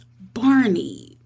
barney